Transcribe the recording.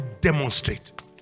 demonstrate